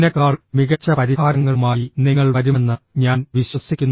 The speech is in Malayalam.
എന്നെക്കാൾ മികച്ച പരിഹാരങ്ങളുമായി നിങ്ങൾ വരുമെന്ന് ഞാൻ വിശ്വസിക്കുന്നു